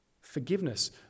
Forgiveness